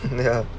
ya